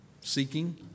seeking